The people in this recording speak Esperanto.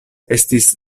estis